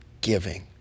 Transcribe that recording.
giving